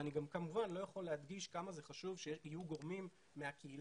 אני כמובן לא יכול שלא להדגיש כמה זה חשוב שיהיו גורמים מהקהילה,